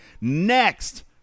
Next